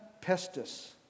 pestis